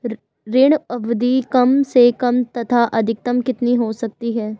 ऋण अवधि कम से कम तथा अधिकतम कितनी हो सकती है?